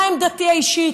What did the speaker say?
מה עמדתי האישית,